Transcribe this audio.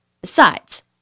Besides